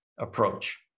approach